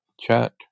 chat